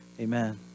Amen